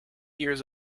years